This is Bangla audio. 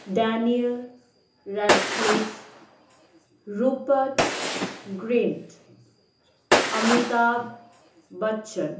Daniel Radcliffe Rupert Grint Amitabh Bachchan